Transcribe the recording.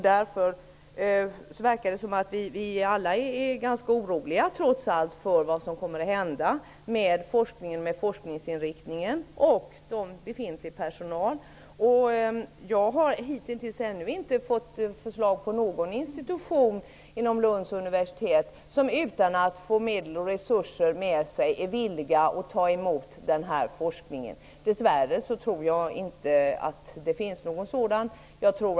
Därför tycks vi alla trots allt vara ganska oroliga för vad som skall hända beträffande forskningen och forskningsinriktningen samt beträffande befintlig personal. Hitintills har jag inte fått något förslag på någon institution inom Lunds universitet som, utan att få medel och resurser, är villig att ta emot den här forskningen. Dess värre tror jag att det inte finns någon sådan institution.